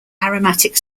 aromatic